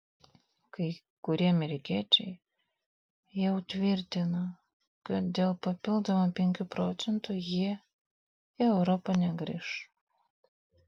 kai kurie amerikiečiai jau tvirtino kad dėl papildomų penkių procentų jie į europą negrįš